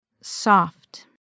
Soft